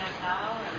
now